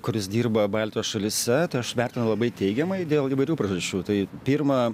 kuris dirba baltijos šalyse aš vertinu labai teigiamai dėl įvairių priežasčių tai pirma